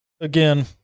again